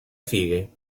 sigue